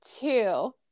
two